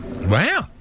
Wow